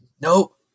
Nope